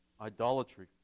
idolatry